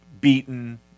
beaten